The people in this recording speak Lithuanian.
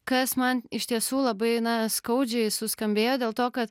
kas man iš tiesų labai na skaudžiai suskambėjo dėl to kad